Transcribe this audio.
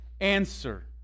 answer